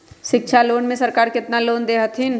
शिक्षा लोन में सरकार केतना लोन दे हथिन?